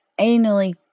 anally